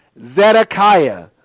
Zedekiah